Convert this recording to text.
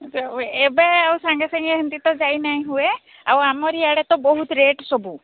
ଏବେ ଆଉ ସାଙ୍ଗେସାଙ୍ଗେ ସେମତି ତ ଯାଇ ନାଇଁ ହୁଏ ଆଉ ଆମର ଇଆଡ଼େ ତ ରେଟ୍ ସବୁ